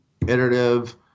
iterative